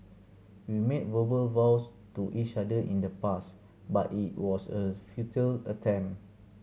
we made verbal vows to each other in the past but it was a futile attempt